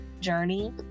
journey